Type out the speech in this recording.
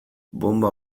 bonba